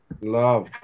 Love